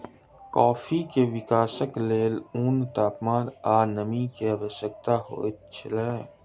coffee के विकासक लेल ऊष्ण तापमान आ नमी के आवश्यकता होइत अछि